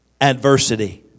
adversity